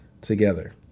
together